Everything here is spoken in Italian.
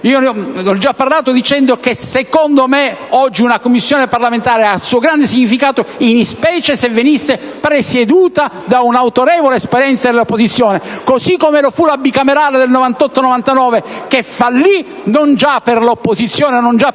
Ne ho già parlato dicendo che secondo me, oggi, una Commissione parlamentare ha il suo grande significato, in specie se venisse presieduta da un autorevole esponente dell'opposizione, così come lo fu la Bicamerale del 1997-1998. Quest'ultima fallì non già per